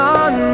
on